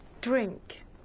Drink